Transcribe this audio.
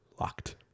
Locked